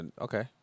Okay